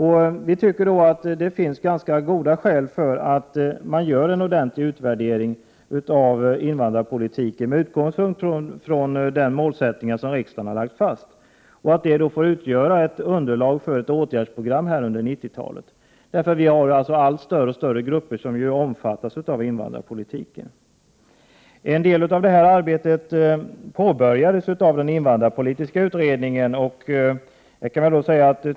Centern anser att det finns ganska goda skäl att göra en ordentlig utvärdering av invandrarpolitiken med utgångspunkt i den målsättning som riksdagen har lagt fast och att denna utvärdering får utgöra underlag för ett åtgärdsprogram för 90-talet eftersom allt större grupper omfattas av invandrarpolitiken. En del av detta arbete påbörjades av den invandrarpolitiska utredningen.